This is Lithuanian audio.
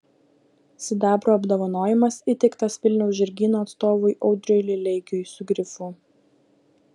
sidabro apdovanojimas įteiktas vilniaus žirgyno atstovui audriui lileikiui su grifu